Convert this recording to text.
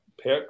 pick